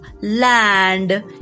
land